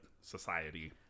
society